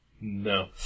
No